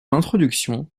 introduction